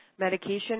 Medication